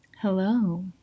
Hello